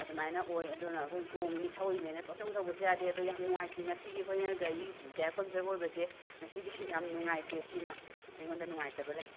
ꯑꯗꯨꯃꯥꯏꯅ ꯑꯣꯏ ꯑꯗꯨꯅ ꯑꯩꯈꯣꯏꯅ ꯇꯣꯡꯉꯤꯕꯅꯤ ꯊꯧꯔꯤꯕꯅꯤꯅ ꯄꯪꯊꯧ ꯊꯧꯕꯁꯨ ꯌꯥꯗꯦ ꯑꯗꯨ ꯌꯥꯝ ꯅꯨꯡꯉꯥꯏꯇꯦ ꯉꯁꯤꯒꯤ ꯑꯩꯈꯣꯏꯅ ꯒꯥꯔꯤ ꯇꯥꯏꯌꯔ ꯄꯝꯆꯔ ꯑꯣꯏꯕꯁꯦ ꯉꯁꯤꯒꯤ ꯌꯥꯝ ꯅꯨꯡꯉꯥꯏꯇꯦ ꯁꯤꯑꯃ ꯑꯩꯉꯣꯟꯗ ꯅꯨꯡꯉꯥꯏꯇꯕ ꯂꯩ